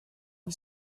you